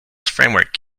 framework